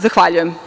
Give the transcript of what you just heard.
Zahvaljujem.